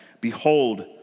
Behold